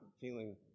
feeling